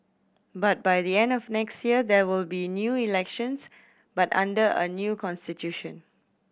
but by the end of next year there will be new elections but under a new constitution